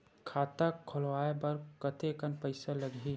खाता खुलवाय बर कतेकन पईसा लगही?